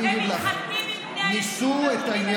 הם מתחתנים עם בני היישוב, הם בונים את ביתם.